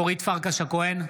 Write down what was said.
אורית פרקש הכהן,